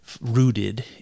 rooted